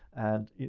and,